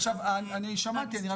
אני שמעתי, מה